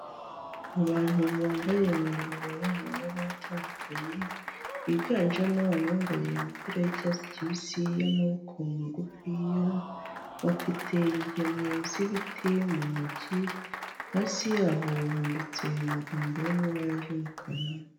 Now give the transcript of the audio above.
Abantu bambaye imyambaro yo mu mabara atandukanye, yiganjemo abambaye imipira y'icyatsi kibisi y'amaboko magufiya, bafite ingemwe z'ibiti mu ntoki, hasi yabo banditse amagambo yo mu ibara ry'umukara.